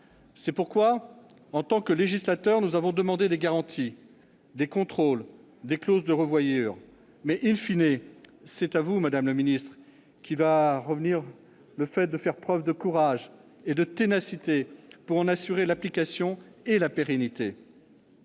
C'est pourquoi, en tant que législateurs, nous avons demandé des garanties, des contrôles, des clauses de revoyure. Mais,, c'est vous, madame la ministre, qui devrez faire preuve de courage et de ténacité pour en assurer l'application et la pérennité.